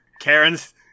Karen's